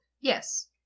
Yes